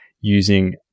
using